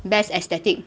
best aesthetic